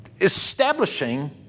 establishing